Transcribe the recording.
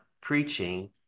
preaching